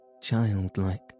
childlike